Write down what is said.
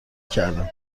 کردم